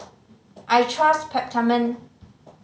I trust Peptamen